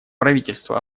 правительство